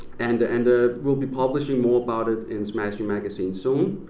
and and ah we'll be publishing more about it in smashing magazine soon.